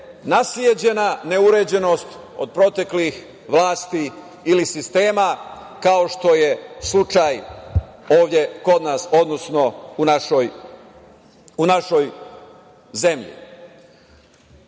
nasleđena neuređenost od proteklih vlasti ili sistema, kao što je slučaj ovde kod nas, odnosno u našoj zemlji. Svakako